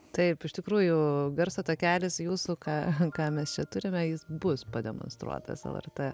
taip iš tikrųjų garso takelis jūsų ką ką mes čia turime jis bus pademonstruotas lrt